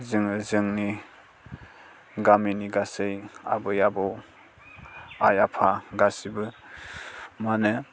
जोङो जोंनि गामिनि गासै आबै आबौ आइ आफा गासैबो मा होनो